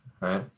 right